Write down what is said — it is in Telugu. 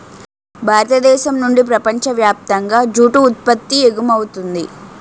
భారతదేశం నుండి ప్రపంచ వ్యాప్తంగా జూటు ఉత్పత్తి ఎగుమవుతుంది